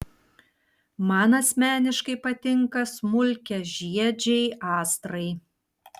man asmeniškai patinka smulkiažiedžiai astrai